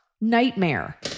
nightmare